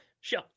sure